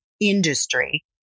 industry